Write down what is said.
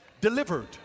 delivered